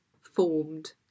formed